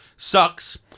Sucks